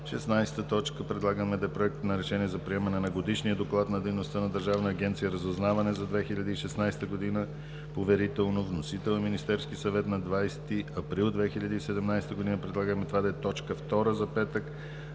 16. Проект на решение за приемане на Годишния доклад за дейността на Държавна агенция „Разузнаване“ за 2016 г. (поверително). Вносител – Министерският съвет, 20 април 2017 г. Предлагаме това да е точка втора за петък,